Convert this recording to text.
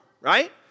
right